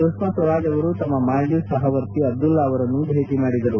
ಸುಷ್ಮಾ ಸ್ವರಾಜ್ ಅವರು ತಮ್ಮ ಮಾಲ್ವೀವ್ಸ್ ಸಹವರ್ತಿ ಅಬ್ದುಲ್ಲಾ ಅವರನ್ನು ಭೇಟ ಮಾಡಿದರು